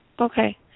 Okay